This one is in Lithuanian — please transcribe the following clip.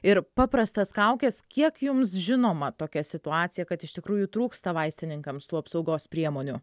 ir paprastas kaukes kiek jums žinoma tokia situacija kad iš tikrųjų trūksta vaistininkams tų apsaugos priemonių